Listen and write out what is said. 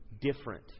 different